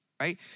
right